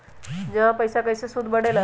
जमा पईसा के कइसे सूद बढे ला?